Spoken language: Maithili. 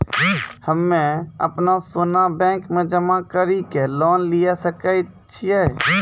हम्मय अपनो सोना बैंक मे जमा कड़ी के लोन लिये सकय छियै?